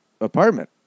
apartment